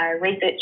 research